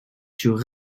sur